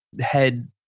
head